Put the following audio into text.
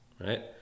right